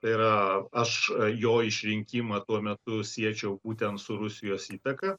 tai yra aš jo išrinkimą tuo metu siečiau būtent su rusijos įtaka